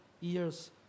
years